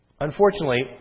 Unfortunately